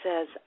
says